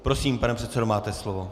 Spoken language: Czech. Prosím, pane předsedo, máte slovo.